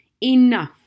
Enough